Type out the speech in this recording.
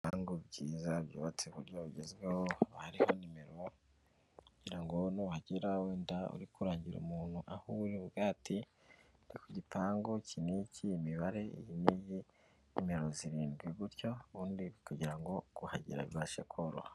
Ibipangu byiza byubatse mu buryo bugezweho, hariho nimero kugira ngo n'uhagera wenda uri kurangira umuntu ahuri umubwire ati ndi ku gipangu iki n'iki imibare iyi n'iyi nimero zirindwi gutyo, ubundi kugira ngo kuhagera bibashe koroha.